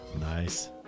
nice